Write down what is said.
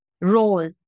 role